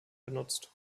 genutzt